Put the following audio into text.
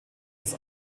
dass